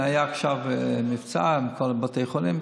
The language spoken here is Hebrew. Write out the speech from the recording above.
היה עכשיו מבצע עם כל בתי החולים,